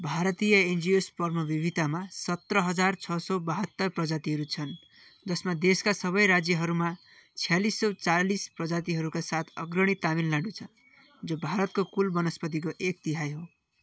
भारतीय एन्जियोस्पर्म विविधतामा सत्र हजार छ सौ बहत्तर प्रजातिहरू छन् जसमा देशका सबै राज्यहरूमा छयालिस सौ चालिस प्रजातिहरूका साथ अग्रणी तमिलनाडू छ जो भारतको कुल वनस्पतिको एक तिहाइ हो